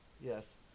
Yes